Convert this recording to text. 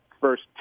first